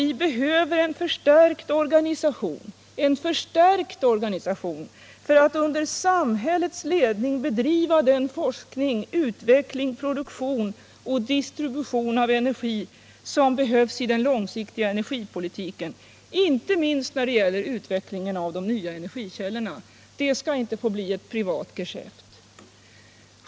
Vi behöver nämligen en förstärkt organisation — jag upprepar: en förstärkt organisation — för att under samhällets ledning kunna bedriva den forskning och utveckling och den produktion och distribution av energi som en långsiktig energipolitik kräver, inte minst när det gäller utvecklingen av de nya energikällorna. Det skall inte få bli ett privat geschäft.